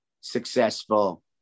successful